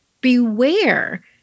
Beware